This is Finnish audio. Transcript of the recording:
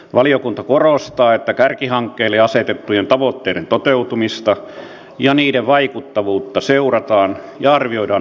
valiokunta korostaa että kärkihankkeille asetettujen tavoitteiden toteutumista ja niiden vaikuttavuutta seurataan ja arvioidaan huolellisesti